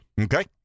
Okay